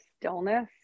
stillness